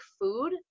food